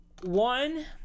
One